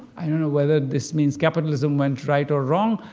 i don't know whether this means capitalism went right or wrong.